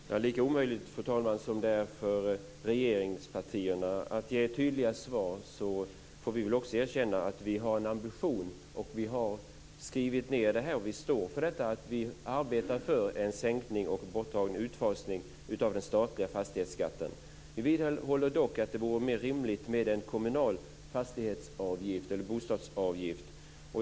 Fru talman! Precis som det är omöjligt för regeringspartierna att ge tydliga svar får vi erkänna att vi har en ambition. Vi har skrivit ned det och vi står för att vi arbetar för en sänkning och utfasning av den statliga fastighetsskatten. Vi vidhåller dock att det vore mer rimligt med en kommunal fastighetsavgift eller bostadsavgift.